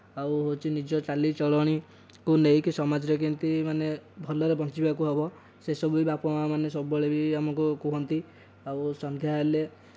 ଆଉ ହେଉଛି ନିଜ ଚାଲି ଚଳଣିକୁ ନେଇକି ସମାଜରେ କେମିତି ମାନେ ଭଲରେ ବଞ୍ଚିବାକୁ ହେବ ସେସବୁ ବି ବାପା ମା'ମାନେ ସବୁବେଳେ ବି ଆମକୁ କୁହନ୍ତି ଆଉ ସନ୍ଧ୍ୟା ହେଲେ